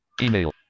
Email